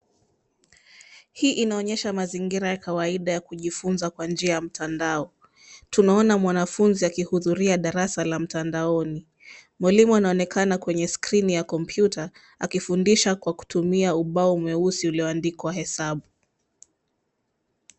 Hii inaonyesha mazingira ya kawaida ya kujifunza kwa njia ya mtandao. Tunaona mwanafunzi akihudhuria darasa la mtandaoni. Mwalimu anaonekana kwenye Skrini ya kompyuta akifundisha kwa kutumia ubao mweusi ulioandikwa hesabu.